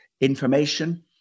information